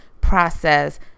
process